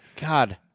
God